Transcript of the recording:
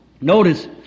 notice